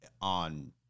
on